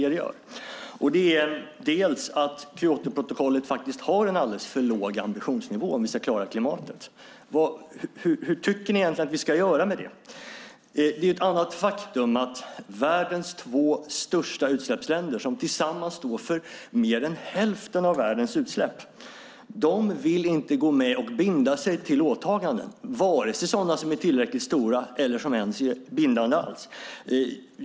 Det är bland annat att Kyotoprotokollet har en alldeles för låg ambitionsnivå om vi ska klara klimatet. Hur tycker ni att vi ska göra med det? Det är ett annat faktum att världens två största utsläppsländer, som tillsammans står för mer än hälften av världens utsläpp, inte vill gå med och binda sig till åtaganden, vare sig sådana som är tillräckligt stora eller sådana som är bindande.